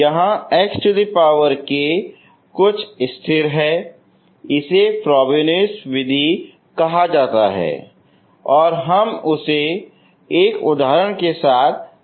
यहाँ xk कुछ स्थिर है इसे फ़्रोबेनिउस विधि कहा जाता है और हम इसे एक उदाहरण के साथ प्रदर्शित करेंगे